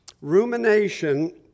Rumination